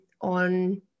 on